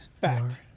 Fact